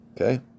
Okay